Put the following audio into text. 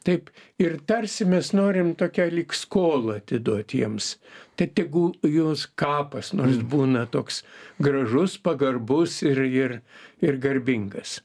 taip ir tarsi mes norim tokią lyg skolą atiduot jiems te tegul jos kapas nors būna toks gražus pagarbus ir ir ir garbingas